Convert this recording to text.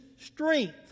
strength